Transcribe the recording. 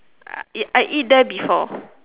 I eat I eat there before